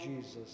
Jesus